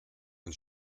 und